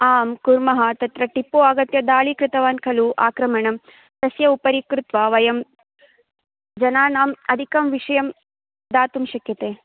आम् कुर्मः तत्र टिपू आगत्य डाली कृतवान् खलु आक्रमणं तस्य उपरि कृत्वा वयं जनानाम् अधिकं विषयं दातुं शक्यते